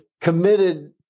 committed